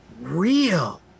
real